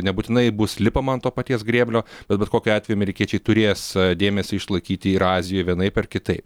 nebūtinai bus lipama ant to paties grėblio bet bet kokiu atveju amerikiečiai turės dėmesį išlaikyti ir azijoj vienaip ar kitaip